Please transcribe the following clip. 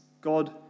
God